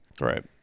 Right